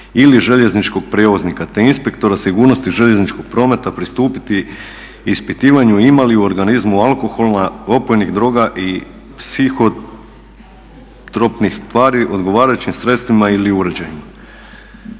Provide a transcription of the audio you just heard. ili željezničkog prijevoznika te inspektora sigurnosti željezničkog prometa pristupiti ispitivanju ima li u organizmu alkohola, opojnih droga i psihotropnih tvari odgovarajućim sredstvima ili uređajima.".